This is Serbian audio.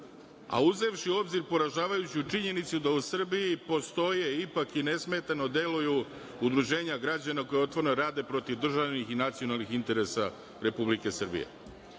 a uzevši u obzir poražavajuću činjenicu da u Srbiji postoje ipak i nesmetano deluju udruženja građana koja otvoreno rade protiv državnih i nacionalnih interesa Republike Srbije.U